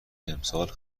امسال